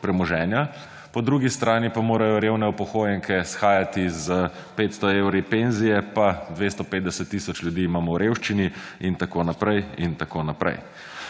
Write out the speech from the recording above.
premoženja; po drugi strani pa morajo revne upokojenke shajati s 500 evri penzije pa 250 tisoč ljudi imamo v revščini in tako naprej in tako naprej.